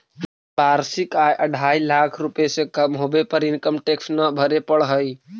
वार्षिक आय अढ़ाई लाख रुपए से कम होवे पर इनकम टैक्स न भरे पड़ऽ हई